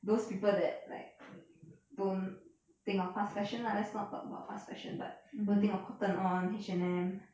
those people that like don't think of fast fashion lah let's not talk about fast fashion but will think of cotton on H&M